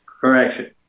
correction